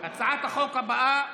הצעת החוק הבאה